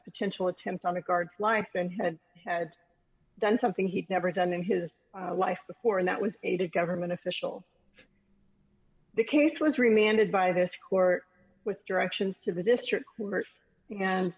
potential attempt on the guard's life span had had done something he'd never done in his life before that was a government official the case was remanded by this court with directions to the district court and